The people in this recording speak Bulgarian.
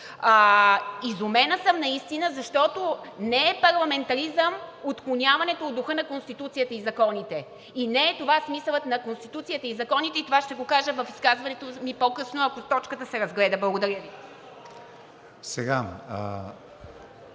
Изумена съм наистина, защото не е парламентаризъм отклоняването от духа на Конституцията и законите. Не е това смисълът на Конституцията и законите и това ще го кажа в изказването ми по-късно, ако точката се разгледа. Благодаря Ви.